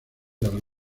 larvas